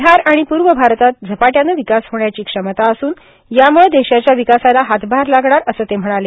बिहार आणि पूर्व भारतात झपाटयानं विकास होण्याची क्षमता असून याम्ळं देशाच्या विकासाला हाथभार लागणार असं ते म्हणाले